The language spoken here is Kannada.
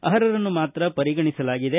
ಅರ್ಹರನ್ನು ಮಾತ್ರ ಪರಿಗಣಿಸಲಾಗಿದೆ